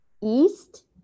east